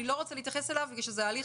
אני לא רוצה להתייחס אליו מפני שזה הליך